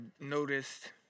noticed